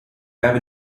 have